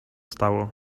stało